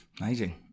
Amazing